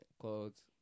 clothes